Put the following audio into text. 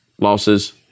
losses